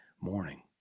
morning